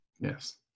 Yes